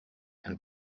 and